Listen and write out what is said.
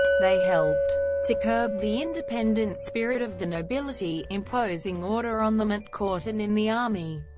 they helped to curb the independent spirit of the nobility, imposing order on them at court and in the army.